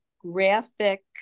Graphic